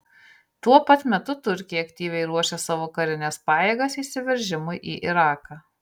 tuo pat metu turkija aktyviai ruošia savo karines pajėgas įsiveržimui į iraką